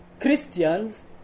Christians